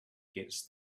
gets